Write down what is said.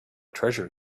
treasure